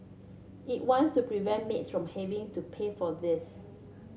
it wants to prevent maids from having to pay for this